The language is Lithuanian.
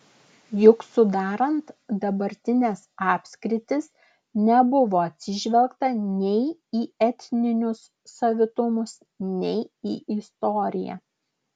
juk sudarant dabartines apskritis nebuvo atsižvelgta nei į etninius savitumus nei į istoriją